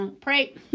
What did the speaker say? pray